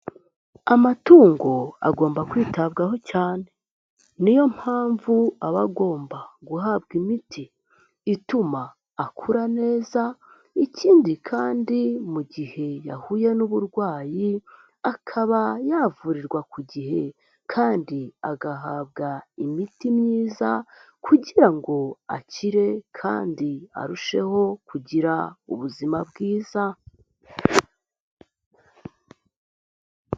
Amatungo agomba kwitabwaho cyane, ni yo mpamvu aba agomba guhabwa imiti ituma akura neza, ikindi kandi mu gihe yahuye n'uburwayi akaba yavurirwa ku gihe kandi agahabwa imiti myiza kugira ngo akire kandi arusheho kugira ubuzima bwiza.